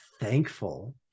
thankful